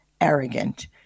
arrogant